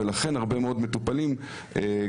ולכן הרבה מאוד מטופלים סובלים